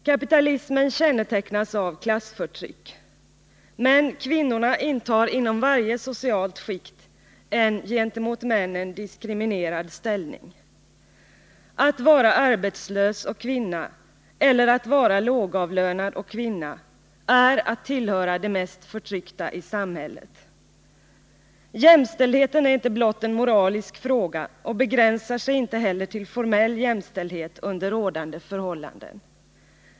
Kapitalismen kännetecknas av klassförtryck. Men kvinnorna intar inom varje socialt skikt en gentemot männen diskriminerad ställning. Att vara arbetslös och kvinna eller att vara lågavlönad och kvinna är att tillhöra de mest betryckta i klassamhället. Jämställdheten är inte blott en moralisk fråga, och begränsar sig inte heller till formell jämställdhet under rådande förhållanden.